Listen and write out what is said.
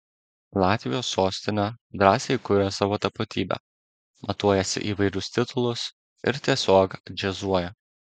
latvijos sostinė drąsiai kuria savo tapatybę matuojasi įvairius titulus ir tiesiog džiazuoja